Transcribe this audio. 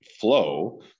flow